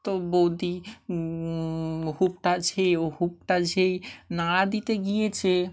তো বৌদি হুকটা যেই ও হুকটা ছেই নাড়া দিতে গিয়েছে